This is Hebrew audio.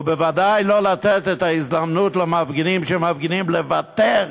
ובוודאי לא לתת את ההזדמנות למפגינים שמפגינים כדי לבתר